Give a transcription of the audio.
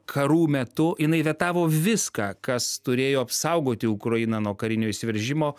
karų metu jinai vetavo viską kas turėjo apsaugoti ukrainą nuo karinio įsiveržimo